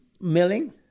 milling